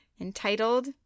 Entitled